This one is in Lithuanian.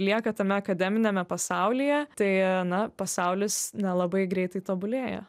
lieka tame akademiniame pasaulyje tai na pasaulis nelabai greitai tobulėja